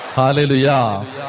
Hallelujah